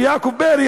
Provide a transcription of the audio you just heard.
יעקב פרי,